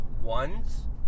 ones